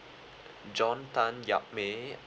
john tan yap ming